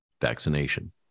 vaccination